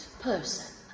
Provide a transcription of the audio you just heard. person